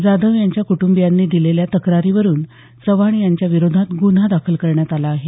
जाधव यांच्या कुटंबीयांनी दिलेल्या तक्रारीवरून चव्हाण याच्या विरोधात गुन्हा दाखल करण्यात आला आहे